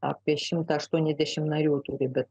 apie šimtą aštuoniasdešim narių bet